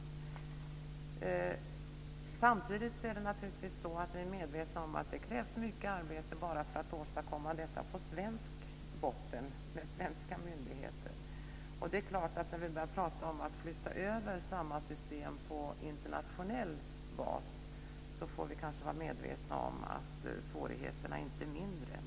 Samtidigt är vi naturligtvis medvetna om att det krävs mycket arbete bara för att åstadkomma detta på svensk botten med svenska myndigheter. När vi börjar prata om att flytta över samma system på internationell bas får vi kanske vara medvetna om att svårigheterna inte är mindre.